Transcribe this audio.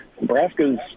Nebraska's